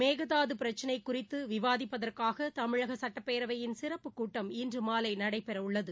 மேகதாது பிரச்சினை குறித்து விவாதிப்பதற்காக தமிழக சுட்டப்பேரவையின் சிறப்புக் கூட்டம் இன்று மாலை நடைபெறவுள்ளது